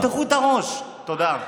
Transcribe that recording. תפתחו את הראש, תודה.